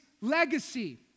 legacy